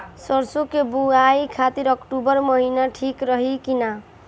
सरसों की बुवाई खाती अक्टूबर महीना ठीक रही की ना?